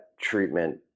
treatment